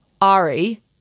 Ari